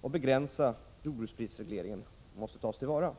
och begränsa jordbruksprisregleringen måste tas till vara.